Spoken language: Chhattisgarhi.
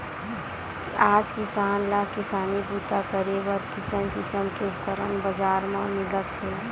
आज किसान ल किसानी बूता करे बर किसम किसम के उपकरन बजार म मिलत हे